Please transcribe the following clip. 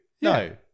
no